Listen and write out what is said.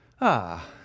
Ah